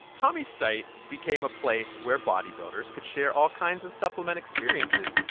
tommy's site became a place where bodybuilders could share all kinds of supplement experiences,